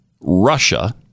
Russia